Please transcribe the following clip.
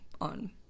on